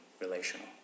relational